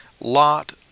Lot